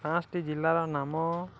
ପାଞ୍ଚଟି ଜିଲ୍ଲାର ନାମ